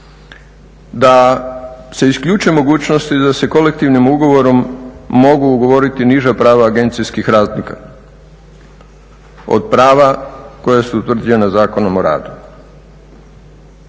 da se isključuje mogućnost i da se kolektivnim ugovorom mogu ugovoriti niža prava agencijskih razlika od prava koja su utvrđena Zakonom o radu.